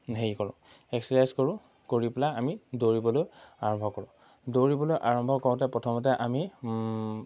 হেৰি কৰোঁ এক্সাৰচাইজ কৰোঁ কৰি পেলাই আমি দৌৰিবলৈ আৰম্ভ কৰোঁ দৌৰিবলৈ আৰম্ভ কৰোঁতে প্ৰথমতে আমি